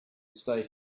state